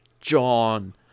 John